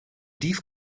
dief